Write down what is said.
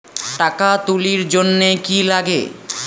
টাকা তুলির জন্যে কি লাগে?